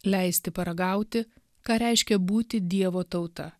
leisti paragauti ką reiškia būti dievo tauta